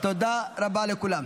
תודה רבה לכולם.